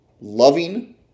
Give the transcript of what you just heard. loving